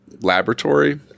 Laboratory